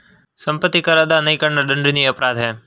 सम्पत्ति कर अदा नहीं करना दण्डनीय अपराध है